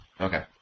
Okay